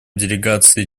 делегации